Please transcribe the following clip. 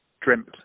dreamt